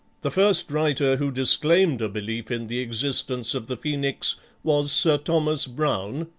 the first writer who disclaimed a belief in the existence of the phoenix was sir thomas browne,